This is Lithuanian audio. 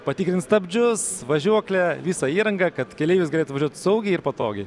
patikrint stabdžius važiuoklę visą įrangą kad keleivis galėtų važiuot saugiai ir patogiai